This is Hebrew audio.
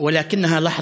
כי אם רגע